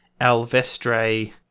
Alvestre